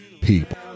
people